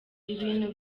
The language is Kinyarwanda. ibintu